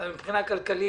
אלא מבחינה כלכלית,